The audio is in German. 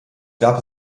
gab